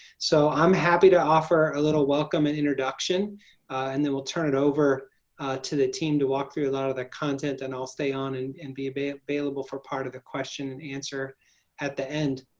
so i'm happy to offer a little welcome and introduction and then we'll turn it over to the team to walk through a lot of the content and i'll stay on and and be be available for part of the question and answer at the end.